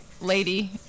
lady